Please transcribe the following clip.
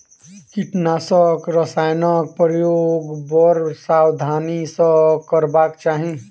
कीटनाशक रसायनक प्रयोग बड़ सावधानी सॅ करबाक चाही